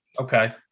Okay